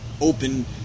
open